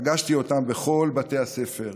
פגשתי אותם בכל בתי הספר,